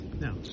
Now